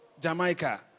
jamaica